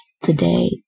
today